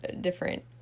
different